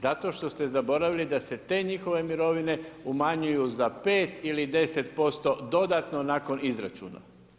Zato što ste zaboravili da se te njihove mirovine umanjuju za 5 ili 10% dodatno nakon izračuna.